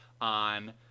on